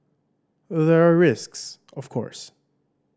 there are risks of course